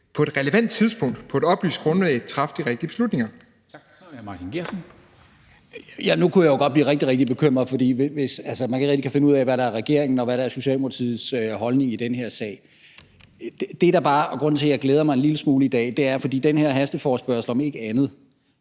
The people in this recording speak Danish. er det hr. Martin Geertsen. Kl. 13:59 Martin Geertsen (V): Nu kunne jeg jo godt blive rigtig, rigtig bekymret, hvis man ikke rigtig kan finde ud af, hvad der er regeringens og hvad der er Socialdemokratiets holdning i den her sag. Det, der bare er grunden til, at jeg glæder mig en lille smule i dag, er, at den her hasteforespørgsel om ikke andet